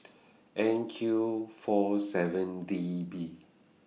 N Q four seven D B